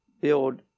build